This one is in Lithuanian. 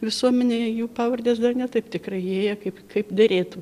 visuomenėje jų pavardės dar ne taip tikrai įėję kaip kaip derėtų